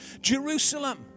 Jerusalem